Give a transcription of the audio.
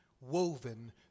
woven